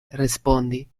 respondi